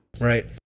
right